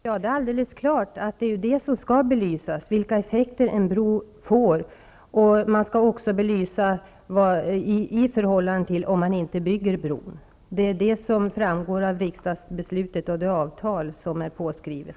Herr talman! Det är alldeles klart att detta skall belysas. Man skall dessutom belysa effekterna i förhållande till alternativet att bron inte skall byggas. Det framgår av riksdagsbeslutet och det avtal som är påskrivet.